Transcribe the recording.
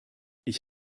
ich